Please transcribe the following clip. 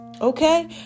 Okay